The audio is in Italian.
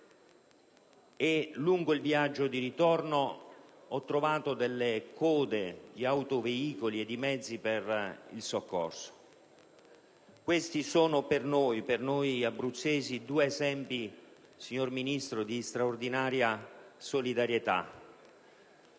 e lungo il viaggio di ritorno ho incrociato code di autoveicoli e mezzi di soccorso. Questi sono per noi abruzzesi due esempi, signor Ministro, di straordinaria solidarietà.